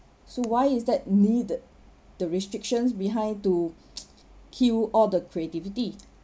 so why is that needed the restrictions behind to kill all the creativity